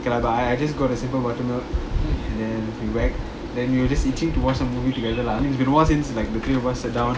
okay lah but I I just got a simple butter milk and then big mac then we were just eating to watch a movie together lah I mean it's been a while since like the three of us sat down